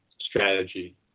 strategy